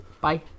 Bye